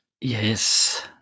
Yes